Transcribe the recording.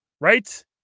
right